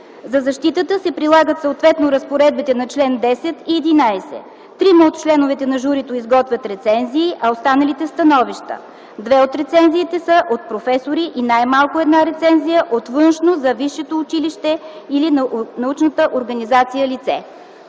„За защитата се прилагат съответно разпоредбите на чл. 10 и 11. Трима от членовете на журита изготвят рецензии, а останалите – становища. Две от рецензиите са от професори и най-малко една рецензия – от външно за висшето училище или научната организация лице”.